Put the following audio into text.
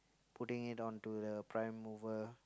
putting it onto the prime mover